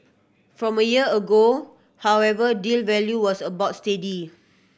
from a year ago however deal value was about steady